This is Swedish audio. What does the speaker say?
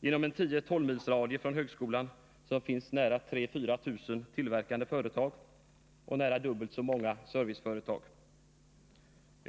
Inom en 10—-12-milsradie från högskolan finns 3 000 å 4 000 tillverkande 79 företag och nära dubbelt så många serviceföretag.